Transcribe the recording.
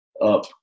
up